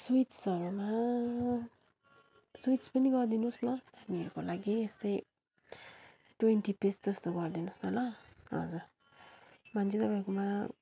स्विट्सहरूमा sweets पनि गरिदिनुहोस् न नानीहरूकोलागि यस्तै ट्वेन्टी पिस जस्तो गरिदिनुहोस् न ल हजुर भनेपछि तपाईँकोमा